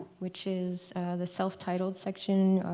which is the self-titled section,